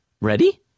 Ready